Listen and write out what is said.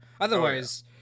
Otherwise